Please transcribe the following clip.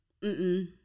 mm-mm